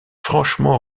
franchement